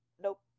nope